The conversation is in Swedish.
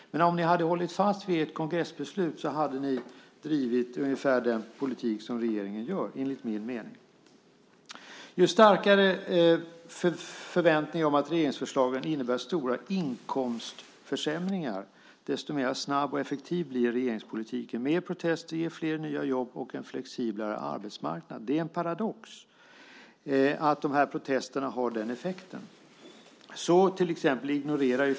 Om ni hade hållit fast vid ert kongressbeslut hade ni, enligt min mening, drivit ungefär den politik som regeringen gör. Ju starkare förväntningarna är på att regeringsförslagen innebär stora inkomstförsämringar desto snabbare och effektivare blir regeringspolitiken. Mer protester ger flera nya jobb och en flexiblare arbetsmarknad. Det är en paradox att protesterna har den effekten.